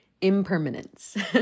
impermanence